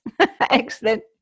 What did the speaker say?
Excellent